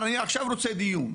אז הוא אמר שהוא עכשיו רוצה דיון.